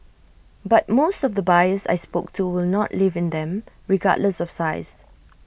but most of the buyers I spoke to will not live in them regardless of size